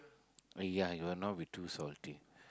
!aiya! it will not be too salty